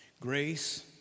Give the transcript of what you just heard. grace